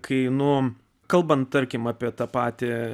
kai nu kalbant tarkim apie tą patį